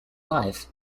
life